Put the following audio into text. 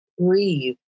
breathe